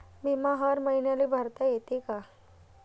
बिमा हर मईन्याले भरता येते का?